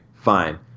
Fine